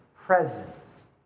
presence